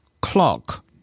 clock